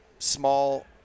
small